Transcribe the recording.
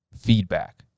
feedback